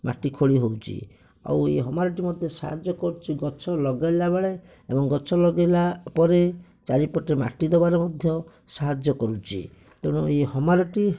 ମାଟି ଖୋଳି ହେଉଛି ଆଉ ଏହି ହାମରଟି ମୋତେ ସାହାଯ୍ୟ କରୁଛି ଗଛ ଲଗେଇଲା ବେଳେ ଏବଂ ଗଛ ଲଗେଇଲା ପରେ ଚାରିପଟରେ ମାଟି ଦେବାରେ ମଧ୍ୟ ସାହାଯ୍ୟ କରୁଛି ଏବଂ ଏ ହାମରଟି